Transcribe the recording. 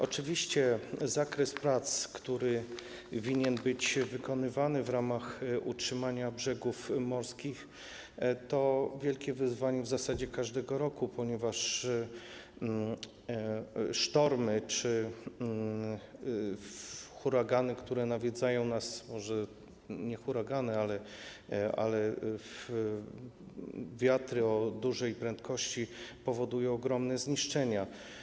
Oczywiście zakres prac, który winien być wykonywany w ramach utrzymania brzegów morskich, to wielkie wyzwanie w zasadzie każdego roku, ponieważ sztormy czy huragany, które nas nawiedzają, może nie huragany, ale wiatry o dużej prędkości, powodują ogromne zniszczenia.